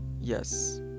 yes